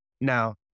Now